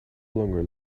longer